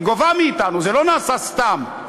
היא גובה מאתנו, זה לא נעשה סתם.